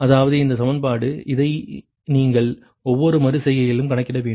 அதாவது இந்த சமன்பாடு இதை நீங்கள் ஒவ்வொரு மறு செய்கையிலும் கணக்கிட வேண்டும்